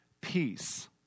peace